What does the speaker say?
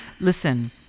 listen